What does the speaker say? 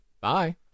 Bye